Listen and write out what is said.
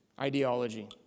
ideology